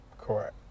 correct